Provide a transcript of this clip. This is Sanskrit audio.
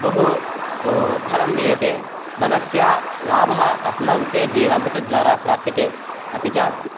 बहु फलं दीयते धनस्य लाभः अस्माकं जीवामृतद्वारा प्राप्यते अपि च